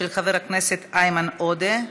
של חבר הכנסת איימן עודה,